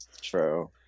true